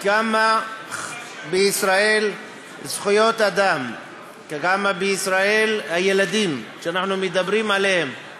כמה בישראל זכויות אדם וכמה בישראל הילדים שאנחנו מדברים עליהם